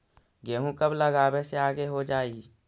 गेहूं कब लगावे से आगे हो जाई?